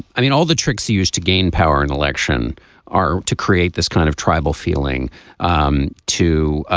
i mean all the tricks used to gain power in election are to create this kind of tribal feeling um to